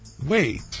Wait